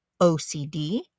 OCD